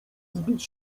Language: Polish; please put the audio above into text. zbić